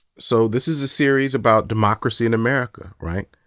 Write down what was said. so this is a series about democracy in america, right?